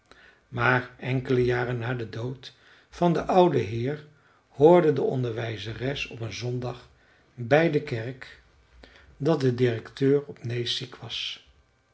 maar enkele jaren na den dood van den ouden heer hoorde de onderwijzeres op een zondag bij de kerk dat de directeur op nääs ziek was